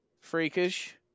freakish